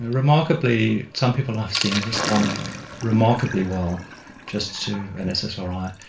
remarkably, some people i've seen respond remarkably well just to an ssri,